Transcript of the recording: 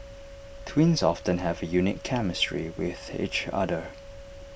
twins often have A unique chemistry with each other